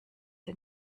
sie